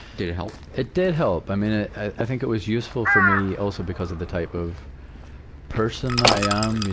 did it help? it did help. i mean, ah i think it was useful for me, also, because of the type of person i am, you